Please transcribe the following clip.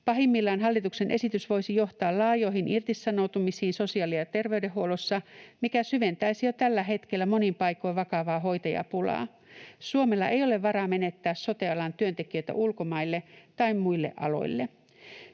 Pahimmillaan hallituksen esitys voisi johtaa laajoihin irtisanoutumisiin sosiaali‑ ja terveydenhuollossa, mikä syventäisi jo tällä hetkellä monin paikoin vakavaa hoitajapulaa. Suomella ei ole varaa menettää sote-alan työntekijöitä ulkomaille tai muille aloille.